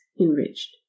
enriched